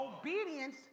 Obedience